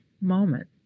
moment